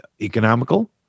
economical